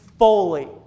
Fully